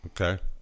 Okay